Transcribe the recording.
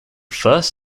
first